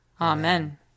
Amen